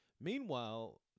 Meanwhile